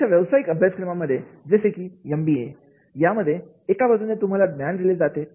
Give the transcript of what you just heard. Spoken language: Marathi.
अशा व्यावसायिक अभ्यासक्रमांमध्ये जसे की एम बी ए यामध्ये एका बाजूने तुम्हाला ज्ञान दिले जाते